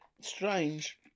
Strange